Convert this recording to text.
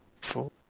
Four